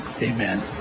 Amen